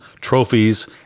trophies